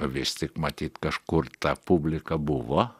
vis tik matyt kažkur ta publika buvo